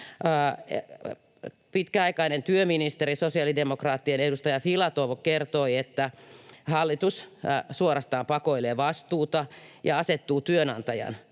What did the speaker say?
Pitkäaikainen työministeri, sosiaalidemokraattien edustaja Filatov kertoi, että hallitus suorastaan pakoilee vastuuta ja asettuu työnantajan